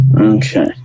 Okay